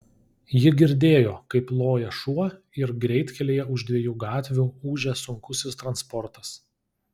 ji girdėjo kaip loja šuo ir greitkelyje už dviejų gatvių ūžia sunkusis transportas